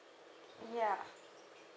ya